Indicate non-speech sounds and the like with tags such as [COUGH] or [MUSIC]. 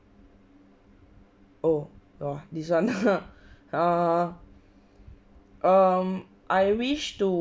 oh !wah! this one [LAUGHS] err um I wish to